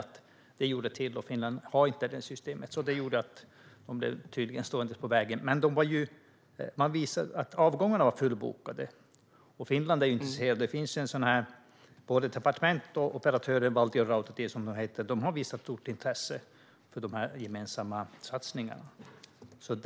Detta gjorde tydligen att de blev stående på vägen. Men avgångarna var fullbokade, och Finland är intresserat. Både departement och operatörer, Valtion Rautatiet, som de heter, har visat stort intresse för dessa gemensamma satsningar.